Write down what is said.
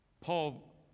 Paul